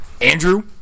Andrew